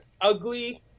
ugly